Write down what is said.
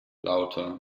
lauter